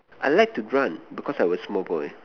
I like to run because I was small boy